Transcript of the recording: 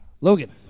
Logan